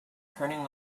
turning